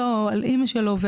על אחותו או על אימא שלו.